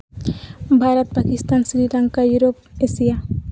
Bharat Pakistan Sri Lanka Europe Asia